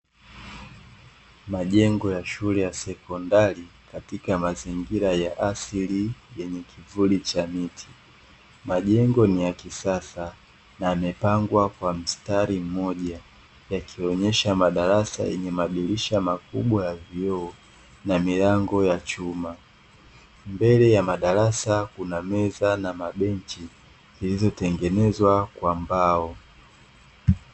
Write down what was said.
Majengo ya shule ya sekondari katika mazingira ya asili yenye kivuli cha miti. Majengo ni ya kisasa na yamepangwa kwa mstari mmoja, yakionyesha madarasa yenye madirisha makubwa ya vioo na milango ya chuma. Mbele ya madarasa kuna meza na mabenchi, zilizotengenezwa kwa mbao.